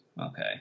Okay